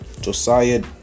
josiah